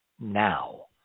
now